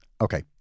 okay